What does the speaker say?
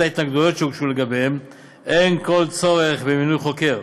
ההתנגדויות שהוגשו לגביהן אין כל צורך במינוי חוקר,